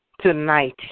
tonight